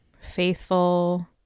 faithful